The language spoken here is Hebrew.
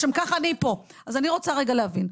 לשם כך אני פה, אז אני רוצה רגע להבין.